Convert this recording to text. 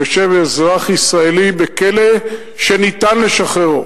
ויושב בכלא אזרח ישראלי שניתן לשחררו,